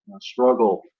struggle